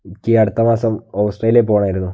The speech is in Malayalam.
എനിക്ക് ഈ അടുത്ത മാസം ഓസ്ട്രേലിയയിൽ പോകണമായിരുന്നു